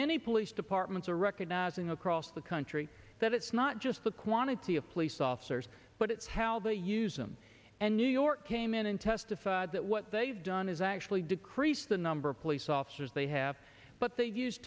many police departments are recognizing across the country that it's not just the quantity of police officers but it's how they use them and new york came in and testified that what they've done is actually decrease the number of police officers they have but they use